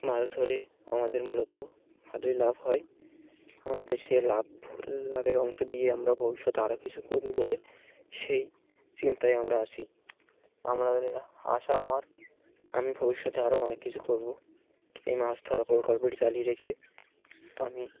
মাছ ধরে আমাদের মূলত ভালোই লাভ হয় আমাদের সে লাভ লাভের অংশ দিয়ে আমরা ভবিষ্যতে আরও কিছু করবো বলে সেই চিন্তায় আমরা আছি আমরা আসা আমার আমি ভবিষ্যতে আরও অনেক কিছু করবো এই মাছ ধরা পর গল্পট চালিয়ে রেখে আমি